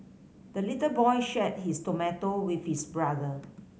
the little boy shared his tomato with his brother